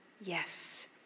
yes